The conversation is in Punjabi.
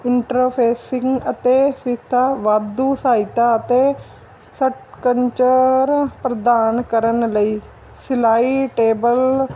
ਇੰਟਰੋਫੇਸਿੰਗ ਅਤੇ ਫੀਤਾ ਵਾਧੂ ਸਹਾਇਤਾ ਅਤੇ ਪ੍ਰਦਾਨ ਕਰਨ ਲਈ ਸਿਲਾਈ ਟੇਬਲ